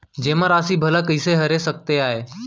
जेमा राशि भला कइसे हेर सकते आय?